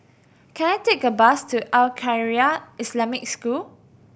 can I take a bus to Al Khairiah Islamic School